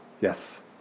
Yes